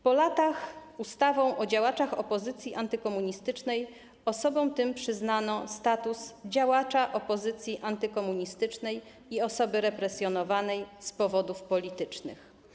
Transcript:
Po latach ustawą o działaczach opozycji antykomunistycznej osobom tym przyznano status działacza opozycji antykomunistycznej i osoby represjonowanej z powodów politycznych.